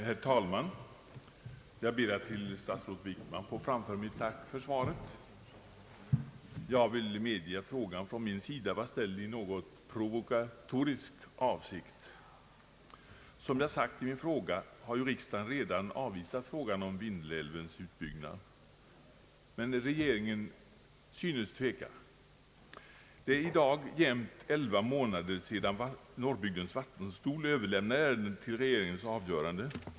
Herr talman! Jag ber att till statsrådet Wickman få framföra mitt tack för svaret. Jag vill medge att frågan från min sida var ställd i något provokatorisk avsikt. Som jag framhållit i min fråga har ju riksdagen redan avvisat en utbyggnad av Vindelälven, men regeringen synes tveka. Det är i dag jämnt 11 månader sedan Norrbygdens vattendomstol överlämnade ärendet till regeringens avgörande.